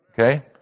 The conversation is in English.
Okay